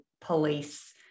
police